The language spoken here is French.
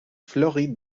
floride